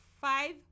five